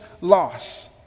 loss